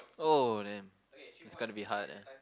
oh damn it's gonna be hard